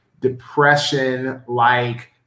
depression-like